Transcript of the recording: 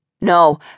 No